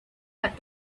had